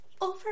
Over